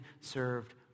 served